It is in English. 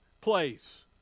place